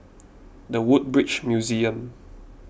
the Woodbridge Museum